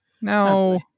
No